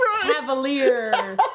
Cavalier